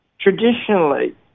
traditionally